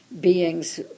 beings